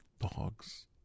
dogs